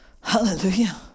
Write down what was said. Hallelujah